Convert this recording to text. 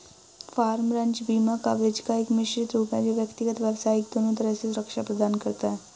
farm, ranch बीमा coverage का एक मिश्रित रूप है जो व्यक्तिगत, व्यावसायिक दोनों तरह से सुरक्षा प्रदान करता है